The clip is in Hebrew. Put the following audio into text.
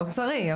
אוצרי,